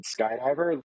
skydiver